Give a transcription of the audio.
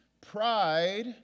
Pride